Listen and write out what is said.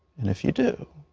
and if you do,